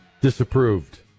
disapproved